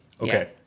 Okay